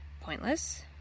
pointless